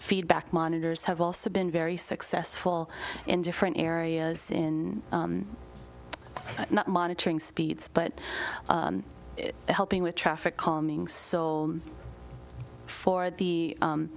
feedback monitors have also been very successful in different areas in not monitoring speeds but helping with traffic calming so for the